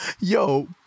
Yo